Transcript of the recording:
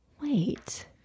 Wait